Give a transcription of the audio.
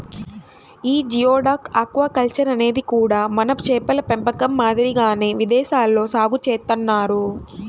యీ geoduck aquaculture అనేది కూడా మన చేపల పెంపకం మాదిరిగానే విదేశాల్లో సాగు చేత్తన్నారు